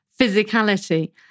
physicality